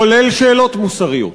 כולל שאלות מוסריות,